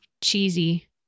cheesy